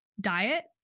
diet